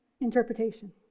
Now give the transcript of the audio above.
interpretation